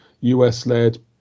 US-led